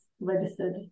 registered